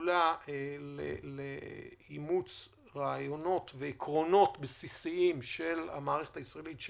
מפעולה לאימוץ רעיונות ועקרונות בסיסיים של שוויון במערכת הישראלית,